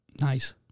Nice